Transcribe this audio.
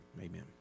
amen